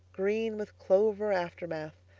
green with clover aftermath,